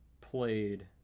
played